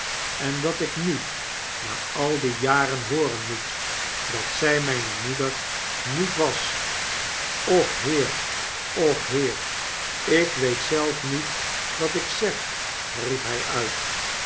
en dat ik u naaldiejaren hooren moet dat zy myne moeder niet was och heer och heer ik weet zelf niet wat ik zeg riep hij uit